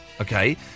okay